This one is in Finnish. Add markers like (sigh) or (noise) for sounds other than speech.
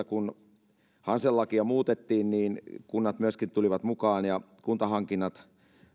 (unintelligible) kun hansel lakia muutettiin kunnat myöskin tulivat mukaan ja kuntahankinnat